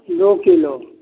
दू किलो